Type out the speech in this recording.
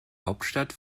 hauptstadt